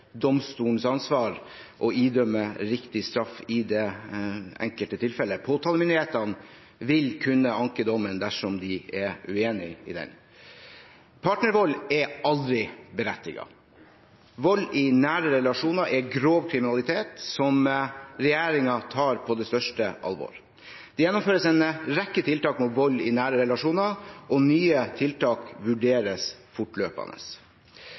ansvar å idømme riktig straff i det enkelte tilfellet. Påtalemyndighetene vil kunne anke dommen dersom de er uenig i den. Partnervold er aldri berettiget. Vold i nære relasjoner er grov kriminalitet, som regjeringen tar på det største alvor. Det gjennomføres en rekke tiltak mot vold i nære relasjoner, og nye tiltak vurderes fortløpende.